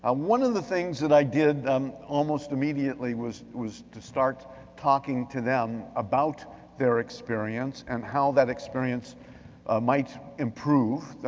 ah one of the things that i did um almost immediately was was to start talking to them about their experience and how that experience ah might improve.